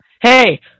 Hey